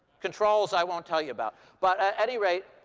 controls, i won't tell you about. but at any rate,